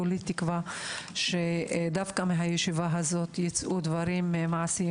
כולי תקווה שדווקא מהישיבה הזו ייצאו דברים מעשיים